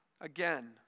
again